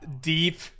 deep